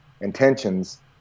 intentions